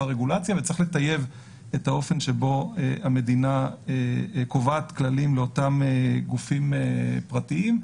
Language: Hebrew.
רגולציה וצריך לטייב את האופן שבו המדינה קובעת כללים לאותם גופים פרטיים,